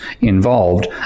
involved